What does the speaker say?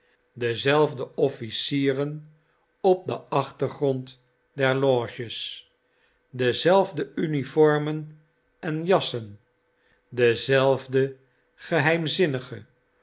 dezelfde officieren op den achtergrond der loges dezelfde uniformen en jassen dezelfde geheimzinnige